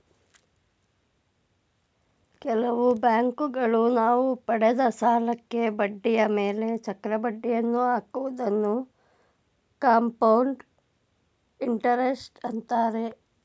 ಕೆಲವು ಬ್ಯಾಂಕುಗಳು ನಾವು ಪಡೆದ ಸಾಲಕ್ಕೆ ಬಡ್ಡಿಯ ಮೇಲೆ ಚಕ್ರ ಬಡ್ಡಿಯನ್ನು ಹಾಕುವುದನ್ನು ಕಂಪೌಂಡ್ ಇಂಟರೆಸ್ಟ್ ಅಂತಾರೆ